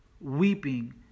weeping